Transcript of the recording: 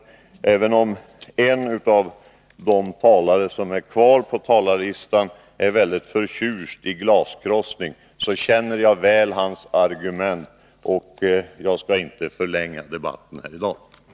Jag vet att en av de talare som står kvar på talarlistan är väldigt förtjust i glaskrossning, men jag känner väl till hans argument, och jag skall därför inte förlänga debatten med att bemöta honom.